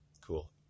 Cool